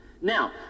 now